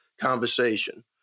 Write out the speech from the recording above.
conversation